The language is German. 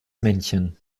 männchen